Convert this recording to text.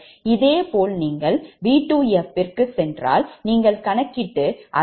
இதேபோல் நீங்கள் V2f க்குச் சென்றால் நீங்கள் கணக்கிட்டு அதையும் 0